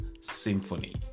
symphony